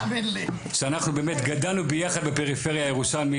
שאנחנו באמת גדלנו ביחד בפריפריה הירושלמית,